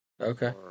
Okay